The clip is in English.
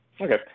Okay